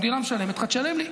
המדינה משלמת לך, תשלם לי.